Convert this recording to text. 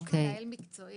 יש מנהל מקצועי